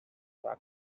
vacuum